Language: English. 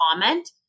comment